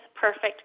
perfect